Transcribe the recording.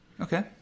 Okay